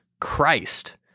Christ